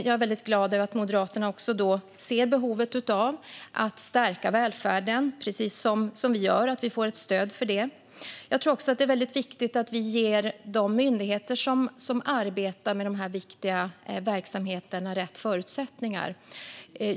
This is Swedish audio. Jag är väldigt glad över att Moderaterna precis som vi ser behovet av detta och att vi får ett stöd för det. Jag tror också att det är väldigt viktigt att vi ger de myndigheter som arbetar med de här viktiga verksamheterna rätt förutsättningar.